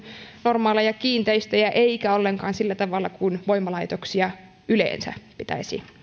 normaaleja kiinteistöjä eikä ollenkaan sillä tavalla kuin voimalaitoksia yleensä pitäisi